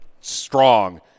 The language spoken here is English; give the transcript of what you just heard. strong